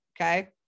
okay